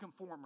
conformers